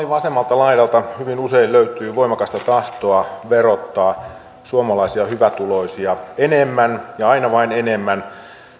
vasemmalta laidalta hyvin usein löytyy voimakasta tahtoa verottaa suomalaisia hyvätuloisia enemmän ja aina vain enemmän